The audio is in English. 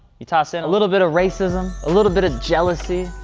you toss in a little bit of racism, a little bit of jealousy,